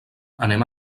anem